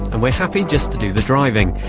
and we're happy just to do the driving,